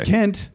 Kent